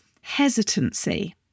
hesitancy